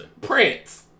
Prince